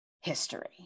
history